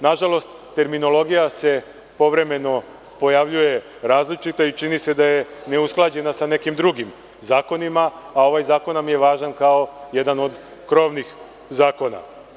Nažalost, terminologija se povremeno pojavljuje različita i čini se da je neusklađena sa nekim drugim zakonima, a ovaj zakon nam je važan kao jedan od krovnih zakona.